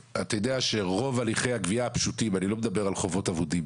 אתה יודע שאת רוב הליכי הגבייה הפשוטים יכל לעשות